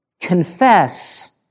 confess